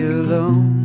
alone